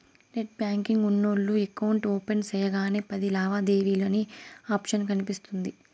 net banking ఉన్నోల్లు account open సెయ్యగానే పది లావాదేవీలు అనే ఆప్షన్ కనిపిస్తుంది